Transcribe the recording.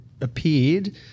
appeared